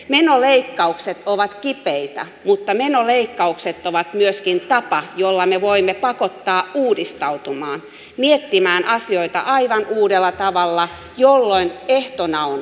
menoleikkaukset ovat kipeitä mutta menoleikkaukset ovat myöskin tapa jolla me voimme pakottaa uudistautumaan miettimään asioita aivan uudella tavalla jolloin ehtona on